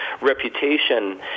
reputation